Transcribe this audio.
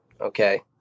Okay